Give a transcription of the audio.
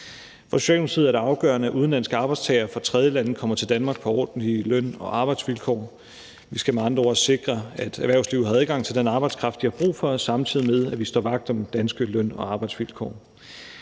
er det afgørende, at udenlandske arbejdstagere fra tredjelande kommer til Danmark på ordentlige løn- og arbejdsvilkår. Vi skal med andre ord sikre, at erhvervslivet har adgang til den arbejdskraft, de har brug for, samtidig med at vi står vagt om danske løn- og arbejdsvilkår.